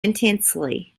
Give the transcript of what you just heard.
intensely